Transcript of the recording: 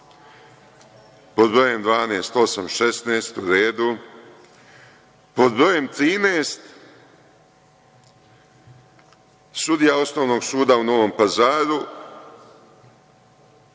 Pod brojem 12 – 8,16, u redu, pod brojem 13, sudija Osnovnog suda u Novom Pazaru